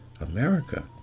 America